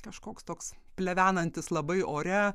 kažkoks toks plevenantis labai ore